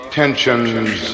tensions